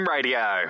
Radio